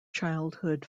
childhood